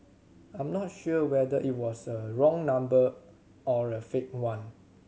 I'm not sure whether it was the wrong number or a fake one